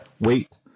wait